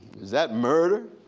that murder?